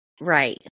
right